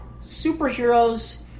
superheroes